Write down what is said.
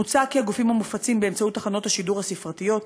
מוצע כי הגופים המופצים באמצעות תחנות השידור הספרתיות,